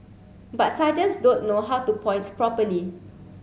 but sergeants don't know how to point properly